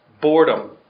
Boredom